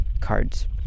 cards